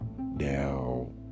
now